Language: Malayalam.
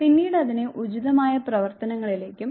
പിന്നീട് അതിനെ ഉചിതമായ പ്രവർത്തനങ്ങളിലേക്കും